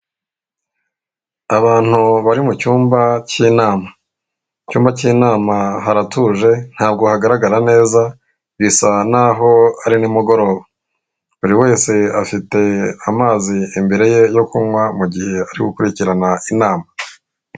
Abantu bari mu cyumba cy'inama. Mu cyumba cy'inama haratuje ntabwo hagaragara neza bisa naho ari nimugoroba. Buri wese afite amazi imbere ye yo kunywa mu gihe ari gukurikirana inama.